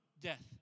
death